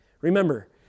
Remember